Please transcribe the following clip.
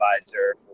advisor